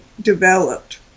developed